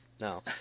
no